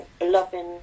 loving